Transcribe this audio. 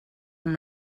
amb